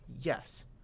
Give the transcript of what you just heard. Yes